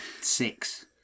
six